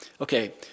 Okay